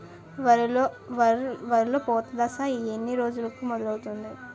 వరిలో పూత దశ ఎన్ని రోజులకు మొదలవుతుంది?